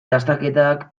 dastaketak